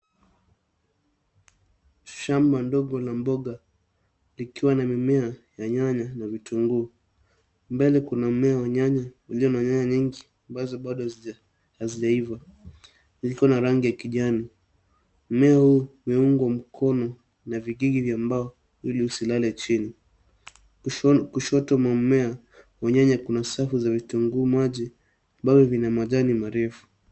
Shamba ndogo la mboga likiwa na mimea ya nyanya na vitunguu. Mbele kuna mmea wa nyanya ulio na nyanya nyingi ambazo bado hazijaiva, ziko na rangi ya kijani. Mmea huu umeungwa mkono na vikingi vya mbao ili usilale chini. Kushoto mwa mmea wa nyanya kuna safu za vitunguu maji ambavyo vina majani marefu.